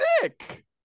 sick